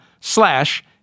slash